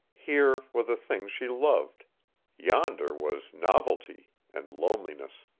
here were the things she loved yonder was novelty and loneliness.